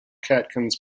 catkins